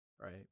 Right